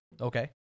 Okay